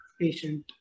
patient